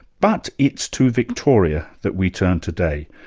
but it's to victoria that we turn today,